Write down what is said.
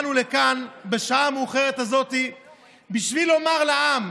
באנו לכאן בשעה המאוחרת הזאת בשביל לומר לעם